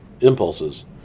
impulses